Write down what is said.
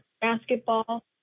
basketball